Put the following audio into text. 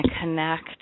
connect